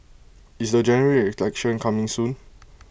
is the General Election coming soon